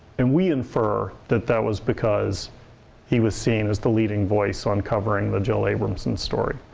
and we infer that that was because he was seen as the leading voice on covering the jill abramson story.